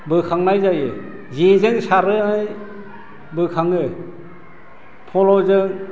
बोखांनाय जायो जेजों सारो बोखाङो फल'जों